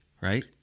right